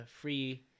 free